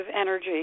energy